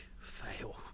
fail